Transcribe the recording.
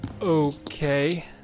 Okay